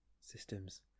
systems